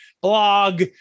blog